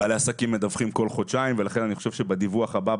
בעלי עסקים מדווחים כל חודשיים ולכן אני חושב שבדיווח הבא,